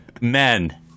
men